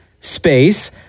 space